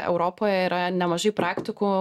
europoje yra nemažai praktikų